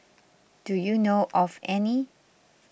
do you know of any